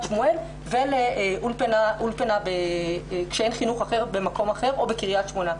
שמואל ולאולפנה כשאין חינוך אחר במקום אחר או בקריית שמונה.